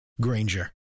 Granger